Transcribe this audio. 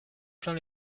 plein